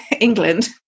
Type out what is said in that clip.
England